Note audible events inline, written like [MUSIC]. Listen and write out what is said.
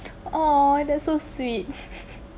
oh that's so sweet [LAUGHS]